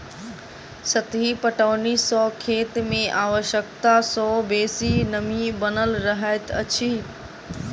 सतही पटौनी सॅ खेत मे आवश्यकता सॅ बेसी नमी बनल रहैत अछि